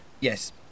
Yes